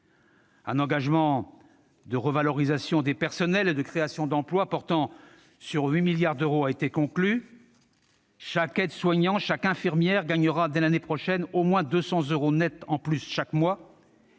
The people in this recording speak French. Un engagement de revalorisation des salaires des personnels et de création d'emplois portant sur 8 milliards d'euros a été conclu. Chaque aide-soignant, chaque infirmière gagnera dès l'année prochaine au moins 200 euros net en plus chaque mois.